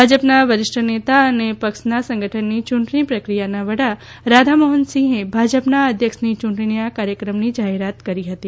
ભાજપના વરિષ્ઠ નેતા અને પક્ષના સંગઠનની ચૂંટણી પ્રક્રિયાના વડા રાધામોહન સિંહે ભાજપના અધ્યક્ષની ચૂંટણીના કાર્યક્રમની જાહેરાત કરી હતી